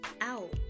out